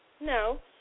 No